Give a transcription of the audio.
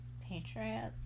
Patriots